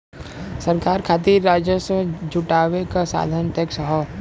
सरकार खातिर राजस्व जुटावे क साधन टैक्स हौ